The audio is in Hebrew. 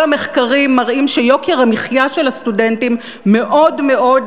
כל המחקרים מראים שיוקר המחיה של הסטודנטים עלה מאוד מאוד.